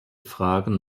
fragen